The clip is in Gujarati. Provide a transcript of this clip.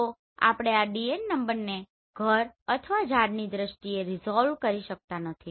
તો આપણે આ DN નંબરને ઘર અથવા ઝાડની દ્રષ્ટિએ રેસોલ્વ કરી શકતા નથી